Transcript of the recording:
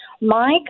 Mike